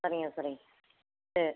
சரிங்க சரிங்க சரி